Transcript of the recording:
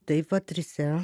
tai va trise